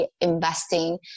investing